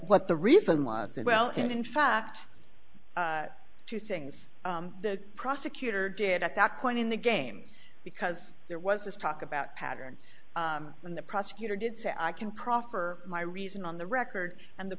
what the reason was that well and in fact two things the prosecutor did at that point in the game because there was this talk about pattern when the prosecutor did say i can proffer my reason on the record and the